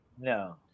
No